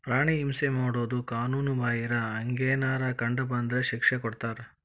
ಪ್ರಾಣಿ ಹಿಂಸೆ ಮಾಡುದು ಕಾನುನು ಬಾಹಿರ, ಹಂಗೆನರ ಕಂಡ ಬಂದ್ರ ಶಿಕ್ಷೆ ಕೊಡ್ತಾರ